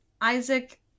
Isaac